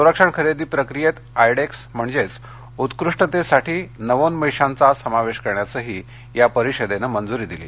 संरक्षण खरेदी प्रक्रियेत आयडेक्स म्हणजेच उत्कृष्टतेसाठी नवोन्मेषांचा समावेश करण्यासही या परिषदेनं मंजूरी दिली